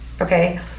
okay